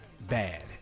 bad